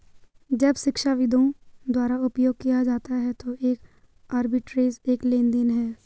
जब शिक्षाविदों द्वारा उपयोग किया जाता है तो एक आर्बिट्रेज एक लेनदेन है